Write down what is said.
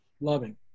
Loving